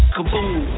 Kaboom